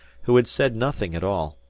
who had said nothing at all.